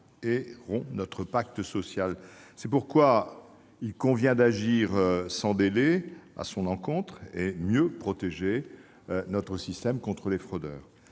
et rompt notre pacte social. Il convient d'agir sans délai à son encontre et de mieux protéger notre système contre les fraudeurs.